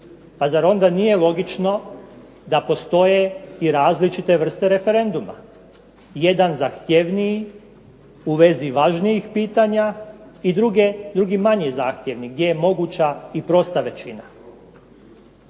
Pa zar onda nije logično da postoje i različite vrste referenduma, jedan zahtjevniji u vezi važnijih pitanja i drugi manje zahtjevni gdje je moguća i prosta većina.